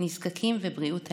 נזקקים ובריאות הנפש.